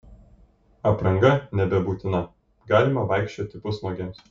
apranga nebebūtina galima vaikščioti pusnuogiams